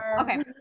okay